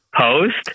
post